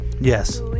Yes